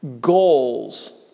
goals